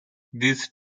these